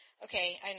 Okay